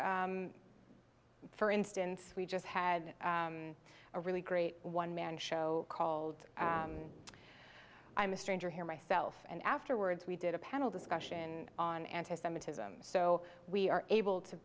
we for instance we just had a really great one man show called i'm a stranger here myself and afterwards we did a panel discussion on anti semitism so we are able to